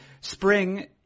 Spring